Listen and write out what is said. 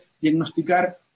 diagnosticar